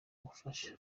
ubufasha